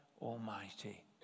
Almighty